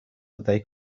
they